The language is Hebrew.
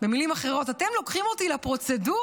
במילים אחרות: אתם הם לוקחים אותי לפרוצדורה,